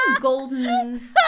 Golden